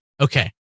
Okay